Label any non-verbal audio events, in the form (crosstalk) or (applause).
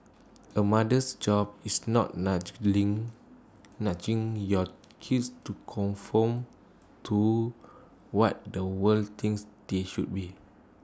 A mother's job is not (unintelligible) nudging your kids to conform to what the world thinks they should be